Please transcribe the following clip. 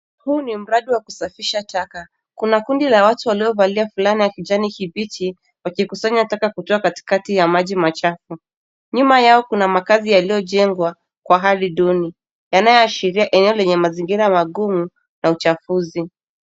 Huu ni mradi wa kusafisha taka. Kuna kundi la watu waliovalia fulana ya kijani kibichi, wakikusanya taka kutoka katikati ya maji machafu. Nyuma yao kuna makazi yaliyojengwa kwa hali duni, yanayoashiria eneo lenye mazingira magumu na uchafuzi.